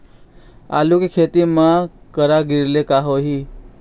आलू के खेती म करा गिरेले का होही?